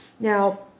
Now